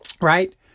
right